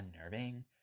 unnerving